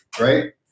right